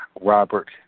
Robert